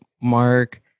mark